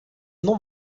não